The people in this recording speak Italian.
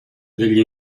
degli